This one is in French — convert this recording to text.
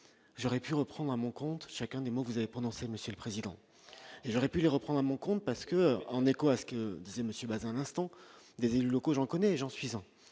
j'aurais pu reprendre à mon compte, chacun des mots, vous avez prononcé Monsieur le Président et j'aurais pu les reprendre à mon compte parce que, en écho à ce que disait monsieur pas un instant des élus locaux, j'en connais, j'en suis en